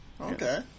Okay